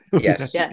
Yes